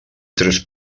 tres